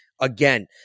Again